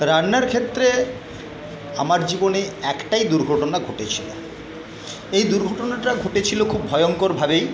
রান্নার ক্ষেত্রে আমার জীবনে একটাই দুর্ঘটনা ঘটেছিলো এই দুর্ঘটনাটা ঘটেছিলো খুব ভয়ঙ্করভাবেই